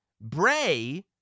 Bray